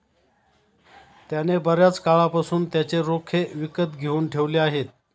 त्याने बर्याच काळापासून त्याचे रोखे विकत घेऊन ठेवले आहेत